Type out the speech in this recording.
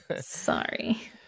sorry